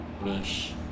niche